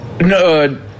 No